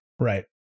Right